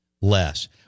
less